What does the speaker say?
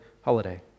holiday